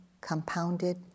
compounded